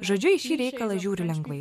žodžiu į šį reikalą žiūriu lengvai